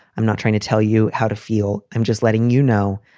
i'm not trying to tell you how to feel. i'm just letting you know.